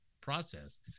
process